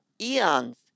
eons